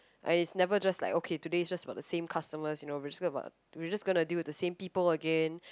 I never just like okay today it's just about the same customers you know basically about we're just gonna to deal with the same people again